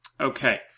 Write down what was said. Okay